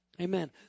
Amen